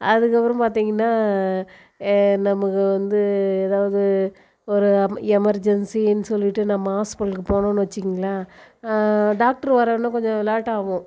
அதுக்கப்புறம் பார்த்தீங்கன்னா நமக்கு வந்து எதாவது ஒரு எமர்ஜென்சின்னு சொல்லிகிட்டு நம்ம ஹாஸ்பிட்டலுக்கு போகினோன்னு வச்சுக்கோங்களேன் டாக்டர் வர இன்னும் கொஞ்சம் லேட்டாவும்